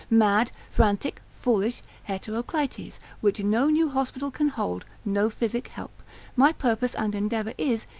mad, frantic, foolish, heteroclites, which no new hospital can hold, no physic help my purpose and endeavour is,